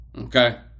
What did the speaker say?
Okay